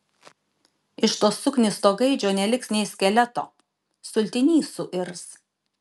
iš to suknisto gaidžio neliks nė skeleto sultiny suirs